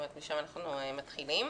משם אנחנו מתחילים.